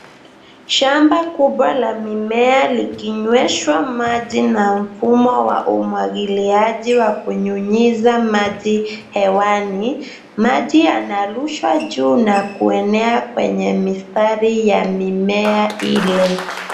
Shamba kubwa la mimea likinyweshwa maji na mfumo wa umwagiliaji wa kunyunyiza maji hewani. Maji yanarushwa juu na kuenea kwenye mistari ya mimea ile.